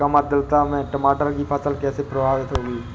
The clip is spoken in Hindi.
कम आर्द्रता में टमाटर की फसल कैसे प्रभावित होगी?